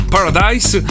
Paradise